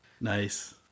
Nice